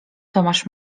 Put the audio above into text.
tomasz